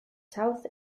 south